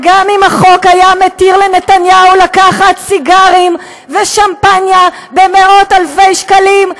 וגם אם החוק היה מתיר לנתניהו לקחת סיגרים ושמפניה במאות אלפי שקלים,